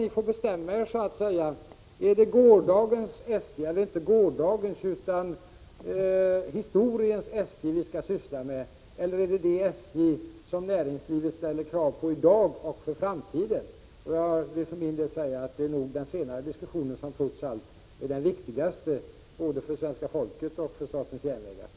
Ni får bestämma er för om det är historiens SJ vi skall syssla med eller det SJ som näringslivet ställer krav på i dag och inför framtiden. För min del vill jag säga att det nog är den senare diskussionen som trots allt är den viktigaste både för svenska folket och för statens järnvägar.